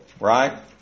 right